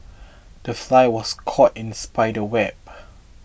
the fly was caught in the spider's web